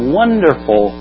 wonderful